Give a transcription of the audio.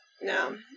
No